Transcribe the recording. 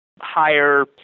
higher